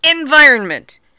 environment